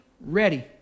ready